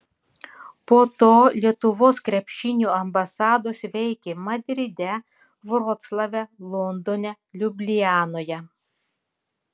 po to lietuvos krepšinio ambasados veikė madride vroclave londone liublianoje